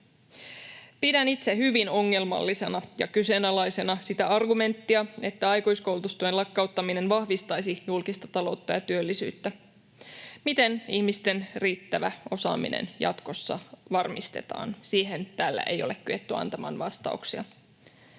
Pidän itse hyvin ongelmallisena ja kyseenalaisena sitä argumenttia, että aikuiskoulutustuen lakkauttaminen vahvistaisi julkista taloutta ja työllisyyttä. Miten ihmisten riittävä osaaminen jatkossa varmistetaan — siihen täällä ei ole kyetty antamaan vastauksia.